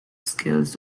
skills